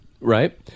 right